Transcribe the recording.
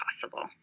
possible